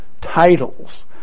titles